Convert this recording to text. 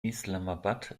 islamabad